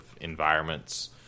environments